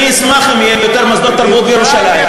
אני אשמח אם יהיו יותר מוסדות תרבות בירושלים,